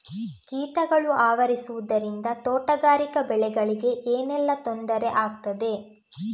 ಕೀಟಗಳು ಆವರಿಸುದರಿಂದ ತೋಟಗಾರಿಕಾ ಬೆಳೆಗಳಿಗೆ ಏನೆಲ್ಲಾ ತೊಂದರೆ ಆಗ್ತದೆ?